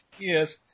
Yes